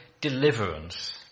deliverance